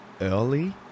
early